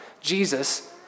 Jesus